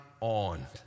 on